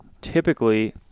typically